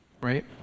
right